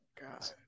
God